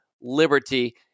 liberty